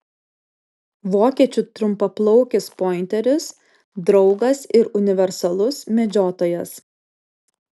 vokiečių trumpaplaukis pointeris draugas ir universalus medžiotojas